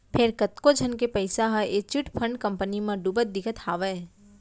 फेर कतको झन के पइसा ह ए चिटफंड कंपनी म डुबत दिखत हावय